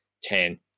ten